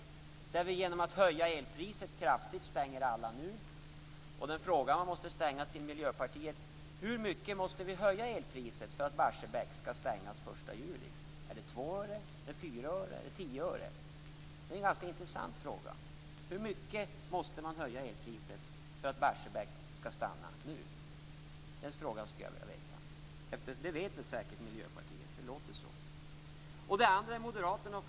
Den går ut på att man genom att höja elpriset kraftigt stänger alla reaktorer nu. Jag måste ställa en fråga till Miljöpartiet. Hur mycket måste vi höja elpriset för att Barsebäck skall stängas den 1 juli? Är det med två, fyra eller tio öre? Det är en ganska intressant fråga. Hur mycket måste man höja elpriset för att Barsebäck skall stanna nu? Den frågan skulle jag vilja ha svar på. Miljöpartiet vet säkert detta - det låter ju så.